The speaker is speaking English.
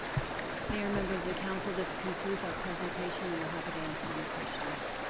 mayor, members of the council, this concludes our presentation, and we're happy to answer any questions.